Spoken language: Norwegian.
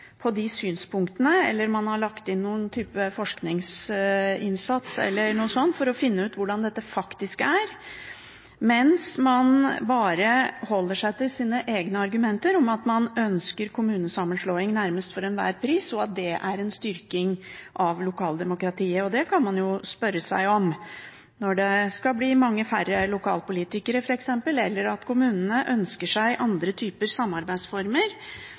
lagt inn en type forskningsinnsats eller noe sånt, for å finne ut hvordan dette faktisk er, mens man bare holder seg til sine egne argumenter om at man ønsker kommunesammenslåing nærmest for enhver pris, og at det er en styrking av lokaldemokratiet. Det kan man jo spørre seg om, når det skal bli mange færre lokalpolitikere f.eks., eller når kommunene ønsker seg andre typer samarbeidsformer